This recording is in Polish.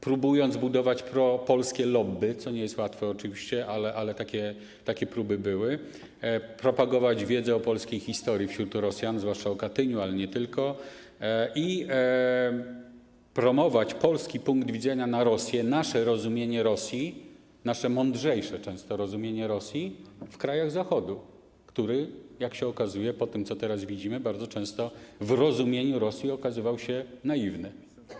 Próbowano budować propolskie lobby - co nie jest oczywiście łatwe, ale takie próby były - propagować wśród Rosjan wiedzę o polskiej historii, zwłaszcza o Katyniu, ale nie tylko, i promować polski punkt widzenia na Rosję, nasze rozumienie Rosji, nasze mądrzejsze często rozumienie Rosji w krajach Zachodu, który - jak się okazuje po tym, co teraz widzimy - bardzo często w rozumieniu Rosji okazywał się naiwny.